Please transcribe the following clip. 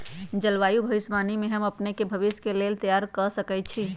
जलवायु भविष्यवाणी से हम अपने के भविष्य के लेल तइयार कऽ सकै छी